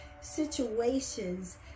situations